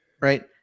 Right